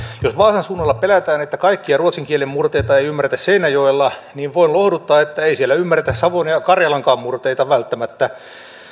jos vaasan suunnalla pelätään että kaikkia ruotsin kielen murteita ei ymmärretä seinäjoella niin voin lohduttaa että ei siellä ymmärretä savon ja ja karjalankaan murteita välttämättä